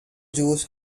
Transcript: juice